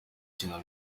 kina